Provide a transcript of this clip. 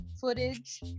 footage